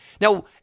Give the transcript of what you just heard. Now